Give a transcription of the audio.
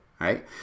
right